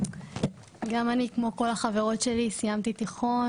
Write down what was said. גם אני כמו כל החברות שלי סיימתי תיכון